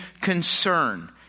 concern